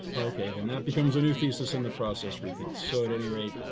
okay, then that becomes a new thesis and the process repeats. so at any rate,